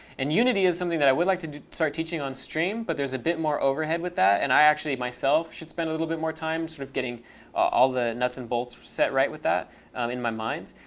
and unity is something that i would like to start teaching on stream, but there's a bit more overhead with that. and i actually myself should spend a little bit more time sort of getting all the nuts and bolts set right with that in my mind.